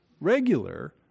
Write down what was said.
regular